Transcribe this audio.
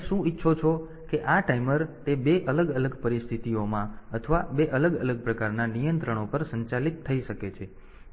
તેથી તમે શું ઇચ્છો છો કે આ ટાઈમર તે 2 અલગ અલગ પરિસ્થિતિઓમાં અથવા 2 અલગ અલગ પ્રકારના નિયંત્રણો પર સંચાલિત થઈ શકે